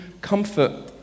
comfort